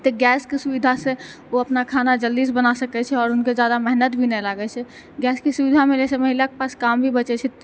तऽ गैसके सुविधासँ ओ अपना खाना जल्दीसँ बना सकै छै आओर हुनके ज्यादा मेहनत भी नहि लागै छै गैसके सुविधा मिलैसँ महिलाके पास काम भी बचै छै